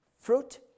Fruit